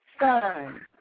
Sun